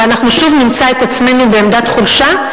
ואנחנו שוב נמצא את עצמנו בעמדת חולשה.